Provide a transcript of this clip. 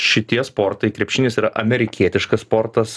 šitie sportai krepšinis yra amerikietiškas sportas